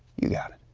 you got it.